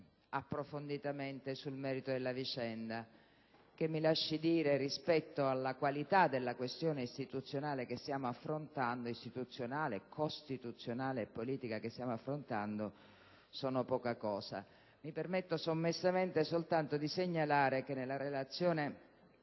approfonditamente sul merito della vicenda che, mi si lasci dire, rispetto alla qualità della questione istituzionale, costituzionale e politica che stiamo affrontando, è poca cosa. Mi permetto sommessamente soltanto di segnalare che nella relazione